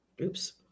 oops